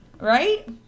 right